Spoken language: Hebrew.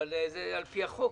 אבל זה על-פי החוק.